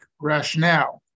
rationale